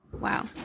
Wow